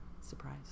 surprise